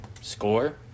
score